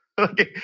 okay